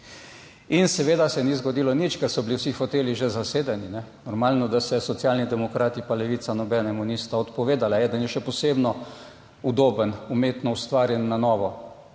In seveda se ni zgodilo nič, ker so bili vsi hoteli že zasedeni, normalno, da se Socialni demokrati pa Levica nobenemu nista odpovedala. Eden je še posebno udoben, umetno ustvarjen na novo.